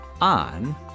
On